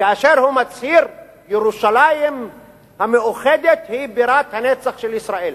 כאשר הוא מצהיר: ירושלים המאוחדת היא בירת הנצח של ישראל?